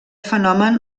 fenomen